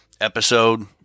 episode